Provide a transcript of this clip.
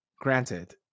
granted